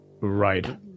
Right